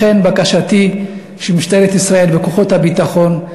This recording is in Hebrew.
לכן בקשתי שמשטרת ישראל וכוחות הביטחון,